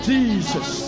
Jesus